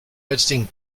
editing